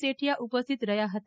શેઠિયા ઉપસ્થિત રહ્યા હતા